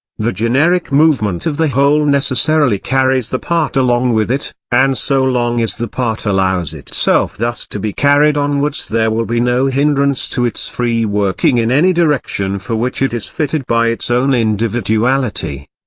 the generic movement of the whole necessarily carries the part along with it and so long as the part allows itself thus to be carried onwards there will be no hindrance to its free working in any direction for which it is fitted by its own individuality.